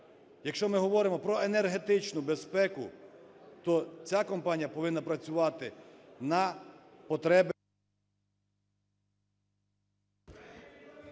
Якщо ми говоримо про енергетичну безпеку, то ця компанія повинна працювати на потреби…